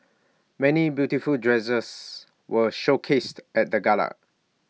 many beautiful dresses were showcased at the gala